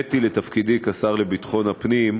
כשמוניתי לתפקידי כשר לביטחון הפנים,